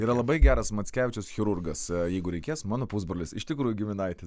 yra labai geras mackevičius chirurgas jeigu reikės mano pusbrolis iš tikrųjų giminaitis